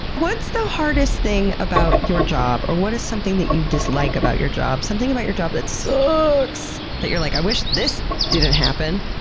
what's the hardest thing about your job, or what is something that you dislike about your job? something about your job that so suuuucks, that you're like, i wish this didn't happen?